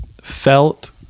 felt